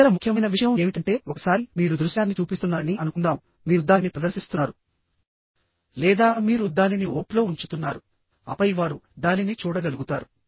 ఇతర ముఖ్యమైన విషయం ఏమిటంటే ఒకసారి మీరు దృశ్యాన్ని చూపిస్తున్నారని అనుకుందాంమీరు దానిని ప్రదర్శిస్తున్నారు లేదా మీరు దానిని OHP లో ఉంచుతున్నారుఆపై వారు దానిని చూడగలుగుతారు